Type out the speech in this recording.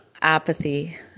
apathy